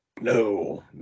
No